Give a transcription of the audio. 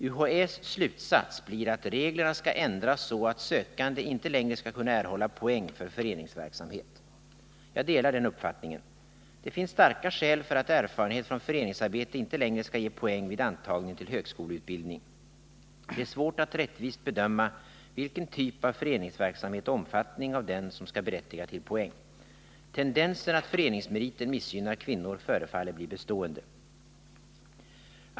UHÄ:s slutsats blir att reglerna skall ändras så att sökande inte längre skall kunna erhålla poäng för föreningsverksamhet. Jag delar den uppfattningen. Det finns starka skäl för att erfarenhet från föreningsarbete inte längre skall ge poäng vid antagning till högskoleutbildning. Det är svårt att rättvist bedöma vilken typ av föreningsverksamhet och vilken omfattning av den som skall berättiga till poäng. Tendensen att föreningsmeriten missgynnar kvinnor förefaller bli bestående.